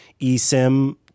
eSIM